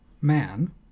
man